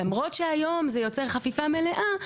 למרות שהיום זה יוצר חפיפה מלאה,